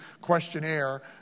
questionnaire